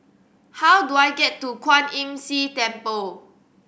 how do I get to Kwan Imm See Temple